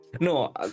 No